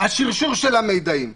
השרשור של המידעים,